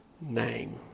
name